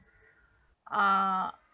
uh